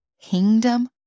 kingdom